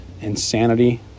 insanity